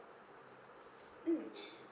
mm